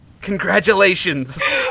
Congratulations